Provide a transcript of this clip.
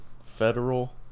federal